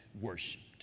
worshipped